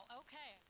okay